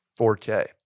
4K